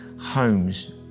homes